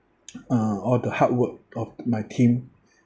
uh all the hard work of my team